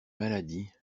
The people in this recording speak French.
maladie